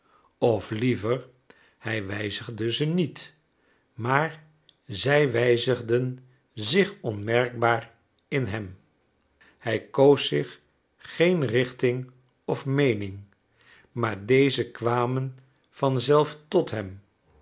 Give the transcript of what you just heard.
of liever hij wijzigde ze niet maar zij wijzigden zich onmerkbaar in hem hij koos zich geen richting of meening maar deze kwamen van zelf tot hem